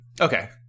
Okay